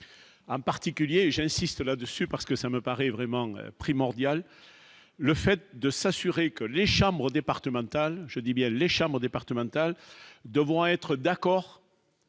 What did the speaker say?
en particulier, j'insiste là-dessus parce que ça me paraît vraiment primordial le fait de s'assurer que les chambres départementales, je dis bien les chambres départementales devront être d'accord